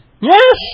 Yes